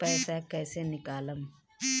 पैसा कैसे निकालम?